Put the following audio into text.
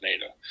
NATO